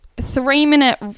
three-minute